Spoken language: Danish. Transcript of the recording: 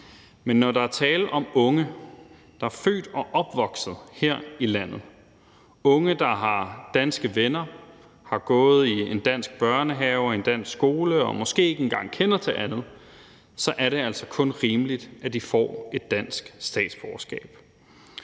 Men når der er tale om unge, der er født og opvokset her i landet, unge, der har danske venner, har gået i en dansk børnehave og i en dansk skole og måske ikke engang kender til andet, så er det altså kun rimeligt, at de får et dansk statsborgerskab.